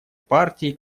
партии